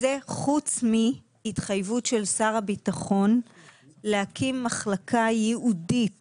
זה חוץ מהתחייבות של שר הביטחון להקים מחלקה ייעודית